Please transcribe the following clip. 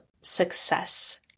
success